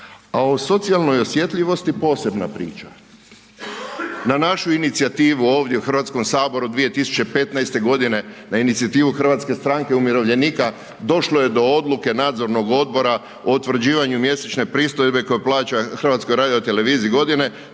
A o socijalnoj osjetljivosti posebna priča. Na našu inicijativu ovdje u Hrvatskom saboru 2015. g., na inicijativu HSU-a, došlo je do odluke nadzornog odbora o utvrđivanju mjesečne pristojbe koju plaća HRT godine